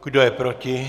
Kdo je proti?